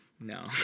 No